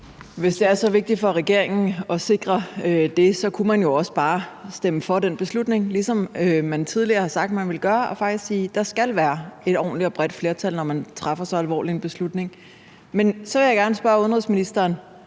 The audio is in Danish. Hvis det er så vigtigt for regeringen at sikre det, kunne man jo også bare stemme for det beslutningsforslag, ligesom man tidligere har sagt, at man ville gøre, og faktisk sige: Der skal være et ordentligt og bredt flertal, når man træffer så alvorlig en beslutning. Men så vil jeg gerne spørge udenrigsministeren: